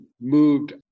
moved